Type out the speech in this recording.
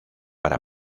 para